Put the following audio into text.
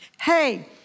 hey